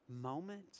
moment